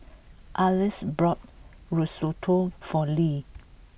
Arlis bought Risotto for Lea